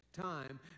time